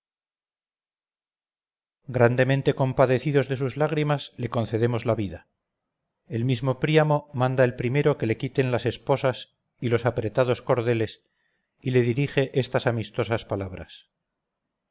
grandemente compadecidos de sus lágrimas le concedemos la vida el mismo príamo manda el primero que le quiten las esposas y los apretados cordeles y le dirige estas amistosas palabras